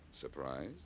Surprised